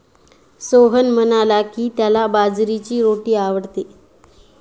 सोहन म्हणाला की, त्याला बाजरीची रोटी आवडते